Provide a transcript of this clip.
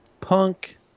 punk